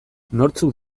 nortzuk